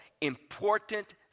important